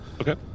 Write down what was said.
okay